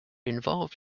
involved